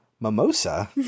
Mimosa